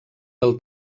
del